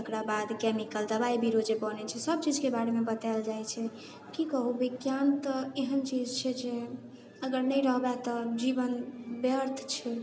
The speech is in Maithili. तकरा बाद केमिकल दवाइ जे बनै छै सब चीजके बारेमे बताएल जाइ छै कि कहू विज्ञान तऽ एहन चीज छै जे अगर नहि रहबे तऽ जीवन व्यर्थ छै